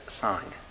signed